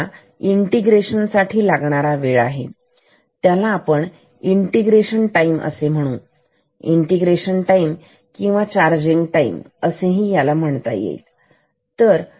T हा integration साठी लागणारा वेळ आहे त्याला आपण इंटिग्रेशन टाईम चार्जिंग टाईम असेही म्हणू शकतो